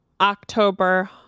October